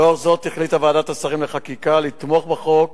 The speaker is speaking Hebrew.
לאור זאת, החליטה ועדת השרים לחקיקה לתמוך בחוק,